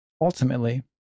Ultimately